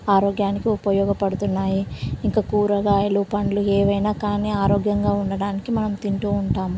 ఆరోగ్యానికి ఉపయోగపడుతున్నాయి ఇంకా కూరగాయలు పండ్లు ఏవైనా కానీ ఆరోగ్యంగా ఉండడానికి మనం తింటూ ఉంటాం